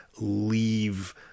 leave